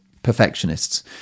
perfectionists